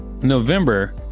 November